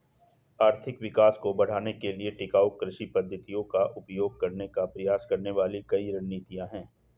आर्थिक विकास को बढ़ाने के लिए टिकाऊ कृषि पद्धतियों का उपयोग करने का प्रयास करने वाली कई अलग रणनीतियां हैं